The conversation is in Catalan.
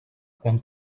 quan